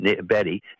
Betty